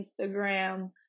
Instagram